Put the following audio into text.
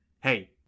Hey